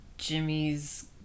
Jimmy's